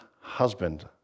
husband